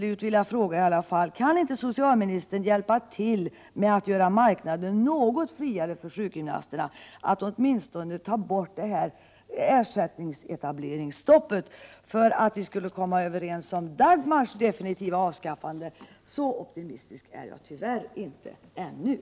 Jag vill till sist fråga: Kan inte socialministern hjälpa till med att göra marknaden något friare för sjukgymnasterna och åtminstone ta bort ersättningsetableringsstoppet? Jag vågar tyvärr ännu inte vara så optimistisk att jag hoppas att vi kan komma överens om Dagmars definitiva avskaffande.